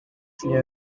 fit